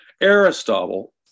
Aristotle